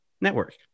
network